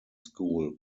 school